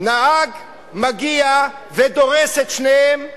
נהג מגיע ודורס את שניהם,